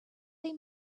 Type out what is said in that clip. they